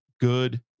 good